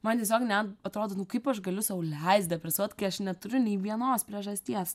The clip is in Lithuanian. man tiesiog ne atrodo nu kaip aš galiu sau leist depresuot kai aš neturiu nei vienos priežasties